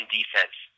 defense